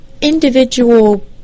individual